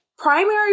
Primary